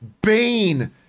Bane